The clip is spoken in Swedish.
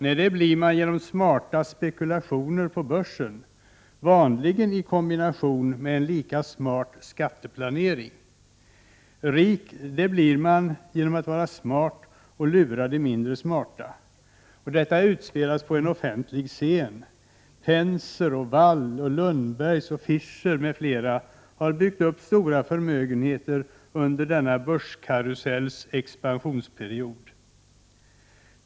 Nej, rik blir man genom smarta spekulationer på börsen, vanligen i kombination med en lika smart skatteplanering. Rik, det blir man genom att vara smart och lura de mindre smarta, och det har man sett utspelas på en offentlig scen genom att Penser, Wall, Lundbergs, Fischer m.fl. har byggt upp stora förmögenheter under denna börskarusellens expansionsperiod.